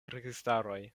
registaroj